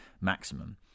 maximum